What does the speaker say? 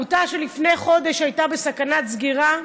עמותה שלפני חודש הייתה בסכנת סגירה,